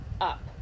up